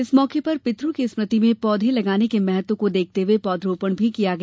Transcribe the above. इस मौके पर पित्रों की स्मृति में पौधे लगाने के महत्व को देखते हुए पौधरोपण किया गया